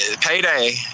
payday